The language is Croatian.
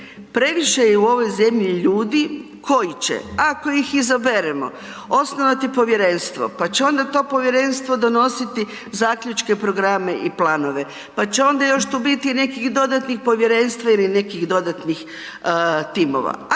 previše je u ovoj zemlji ljudi koji će ako ih izaberemo osnovati povjerenstvo, pa će onda to povjerenstvo donositi zaključke, programe i planove, pa će onda još tu biti i nekih dodatnih povjerenstva ili nekih dodatnih timova.